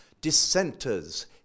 Dissenters